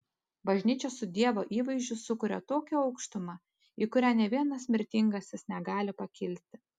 bažnyčia su dievo įvaizdžiu sukuria tokią aukštumą į kurią nė vienas mirtingasis negali pakilti